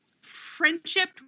friendship